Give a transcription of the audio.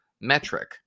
metric